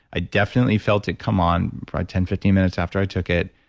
i definitely felt it come on probably ten, fifteen minutes after i took it,